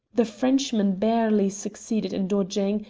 the frenchman barely succeeded in dodging,